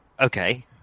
Okay